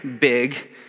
big